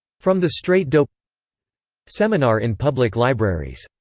from the straight dope seminar in public libraries